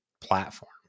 platform